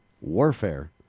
warfare